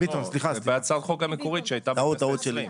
בהצעת החוק המקורית שהייתה בכנסת ה-20.